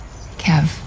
Kev